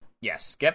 Yes